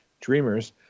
dreamers